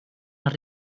els